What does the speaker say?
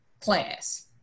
class